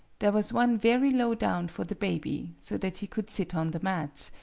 there was one very low down for the baby, so that he could sit on the mats,